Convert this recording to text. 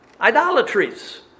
Idolatries